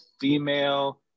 female